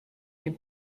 dem